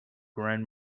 grand